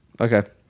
Okay